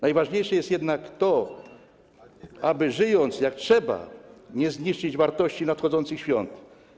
Najważniejsze jest jednak to, aby żyjąc, jak trzeba, nie zniszczyć wartości nadchodzących świąt.